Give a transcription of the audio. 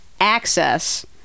access